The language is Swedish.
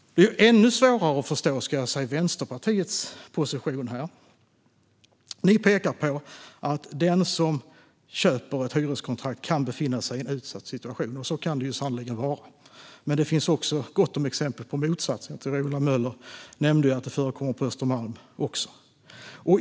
Det är ännu svårare att förstå Vänsterpartiets position här. Ni pekar på att den som köper ett hyreskontrakt kan befinna sig i en utsatt situation. Så kan det sannerligen vara. Men det finns också gott om exempel på motsatsen. Jag tror att Ola Möller nämnde att det också förekommer på Östermalm.